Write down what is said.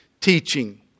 teaching